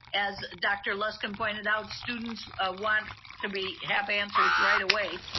as dr. luskin pointed out, students ah want to be, have answers right away.